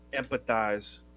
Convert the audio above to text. empathize